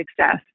success